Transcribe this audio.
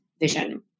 vision